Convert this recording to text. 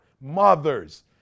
mothers